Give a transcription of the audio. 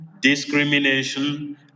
discrimination